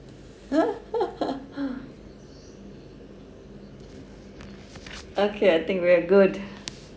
okay I think we're good